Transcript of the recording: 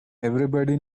everybody